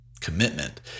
Commitment